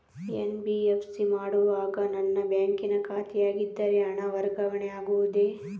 NBFC ಮಾಡುವಾಗ ನನ್ನ ಬ್ಯಾಂಕಿನ ಶಾಖೆಯಾಗಿದ್ದರೆ ಹಣ ವರ್ಗಾವಣೆ ಆಗುವುದೇ?